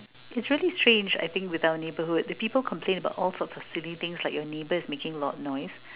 it's really strange I think with our neighbourhood the people complain about all sorts of silly things like your neighbours making a lot of noise